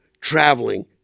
traveling